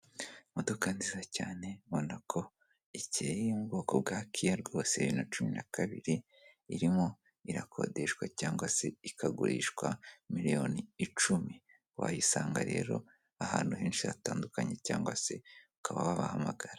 Imodoka nziza cyane ubona ko icyeye yo mu bwoko bwa kiya rwose bibiri na cumi na kabiri, irimo irakodeshwa cyangwa se ikagurishwa miliyoni icumi wayisanga rero ahantu henshi hatandukanye cyangwa se ukaba wabahamagara.